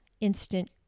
instant